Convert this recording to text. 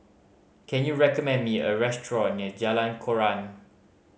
can you recommend me a restaurant near Jalan Koran